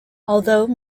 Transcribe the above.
although